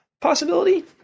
possibility